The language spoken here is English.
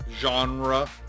genre